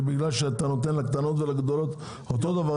שבגלל שאתה נותן לקטנות ולגדולות אותו דבר,